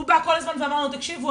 הוא בא כל הזמן ואמר לנו 'תקשיבו,